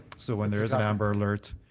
so when there is an amber alert,